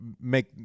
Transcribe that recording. Make